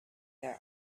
their